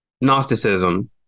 Gnosticism